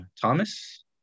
thomas